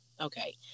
Okay